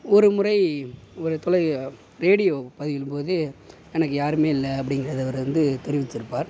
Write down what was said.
ஒரு முறை ஒரு துளை ரேடியோ பதிவின் போது எனக்கு யாரும் இல்லை அப்படிங்கறத அவர் வந்து தெரிவித்திருப்பார்